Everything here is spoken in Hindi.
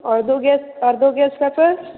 और दो गेस और दो गेस का सर